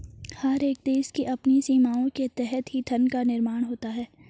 हर एक देश की अपनी सीमाओं के तहत ही धन का निर्माण होता है